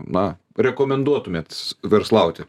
na rekomenduotumėt verslauti